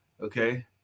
okay